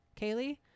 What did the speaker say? kaylee